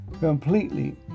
completely